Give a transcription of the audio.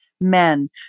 men